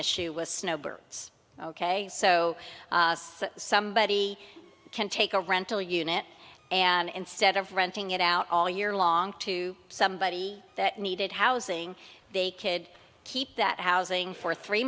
issue was snowbirds ok so somebody can take a rental unit and instead of renting it out all year long to somebody that needed housing they could keep that housing for three